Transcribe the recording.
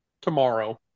tomorrow